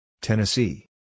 Tennessee